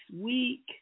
week